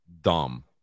dumb